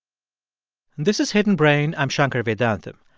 this is hidden brain. i'm shankar vedantam.